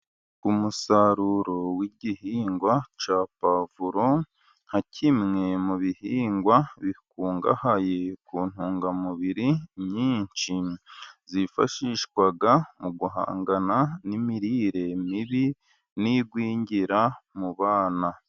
Umusaruro w'igihingwa cya puwavuro, nka kimwe mu bihingwa bikungahaye ku ntungamubiri nyinshi, zifashishwa mu guhangana n'imirire mibi n'igwingira mu bana.